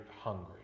hungry